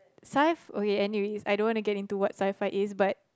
sci~ okay anyways I don't want to get into what sci fi is but